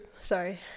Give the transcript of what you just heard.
Sorry